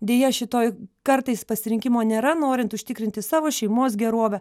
deja šitoj kartais pasirinkimo nėra norint užtikrinti savo šeimos gerovę